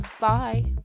bye